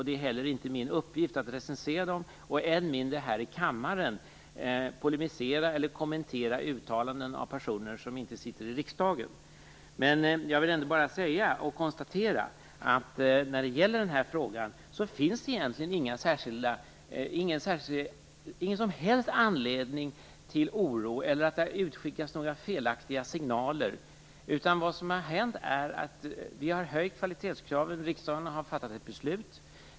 Det är heller inte min uppgift att recensera dem, än mindre att här i kammaren polemisera mot eller kommentera uttalanden av personer som inte sitter i riksdagen. Jag vill ändå konstatera att det i den här frågan inte finns någon som helst anledning till oro och att det inte har utskickats några felaktiga signaler. Vad som har hänt är att vi har höjt kvalitetskraven. Riksdagen har fattat ett beslut.